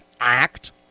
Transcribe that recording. act